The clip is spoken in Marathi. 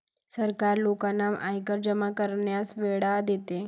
सरकार लोकांना आयकर जमा करण्यास वेळ देते